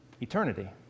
eternity